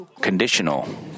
conditional